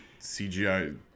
CGI